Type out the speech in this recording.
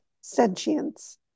sentience